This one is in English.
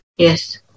Yes